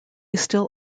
still